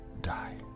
die